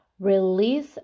Release